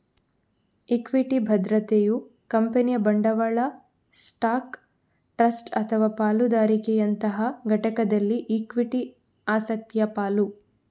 equity ಭದ್ರತೆಯು ಕಂಪನಿಯ ಬಂಡವಾಳ ಸ್ಟಾಕ್, ಟ್ರಸ್ಟ್ ಅಥವಾ ಪಾಲುದಾರಿಕೆಯಂತಹ ಘಟಕದಲ್ಲಿ ಇಕ್ವಿಟಿ ಆಸಕ್ತಿಯ ಪಾಲು